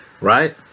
right